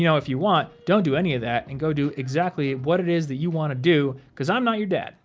you know if you want, don't do any of that and go do exactly what it is that you wanna do cause i'm not your dad.